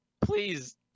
please